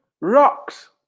rocks